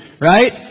right